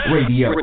Radio